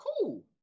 Cool